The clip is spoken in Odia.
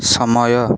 ସମୟ